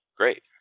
great